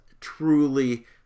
truly